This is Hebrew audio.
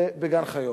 בגן-חיות.